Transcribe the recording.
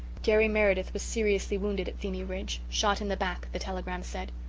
jerry meredith was seriously wounded at vimy ridge shot in the back, the telegram said.